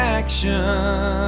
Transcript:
action